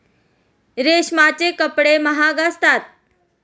रेशमाचे कपडे महाग असतात